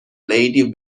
lady